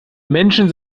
menschen